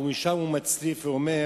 משם הוא מצליף ומדבר